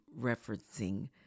referencing